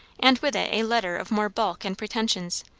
and with it a letter of more bulk and pretensions,